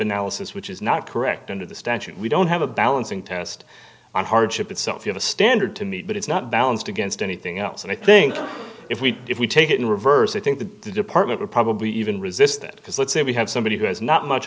analysis which is not correct under the statute we don't have a balancing test on hardship it's something of a standard to meet but it's not balanced against anything else and i i think if we if we take it in reverse i think the department will probably even resistant because let's say we have somebody who has not much